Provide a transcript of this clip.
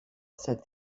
said